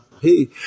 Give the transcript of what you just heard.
Hey